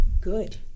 good